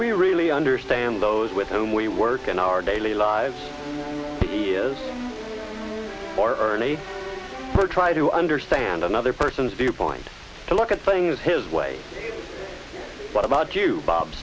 we really understand those with whom we work in our daily lives or any try to understand another person's viewpoint to look at things his way what about you bob